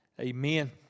amen